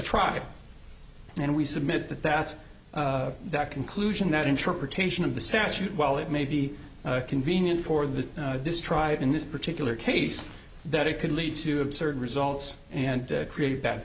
try and we submit that that's the conclusion that interpretation of the statute while it may be convenient for the this tribe in this particular case that it could lead to absurd results and create